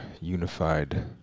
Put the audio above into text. unified